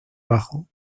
bajo